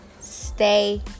Stay